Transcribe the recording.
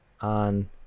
on